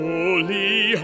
Holy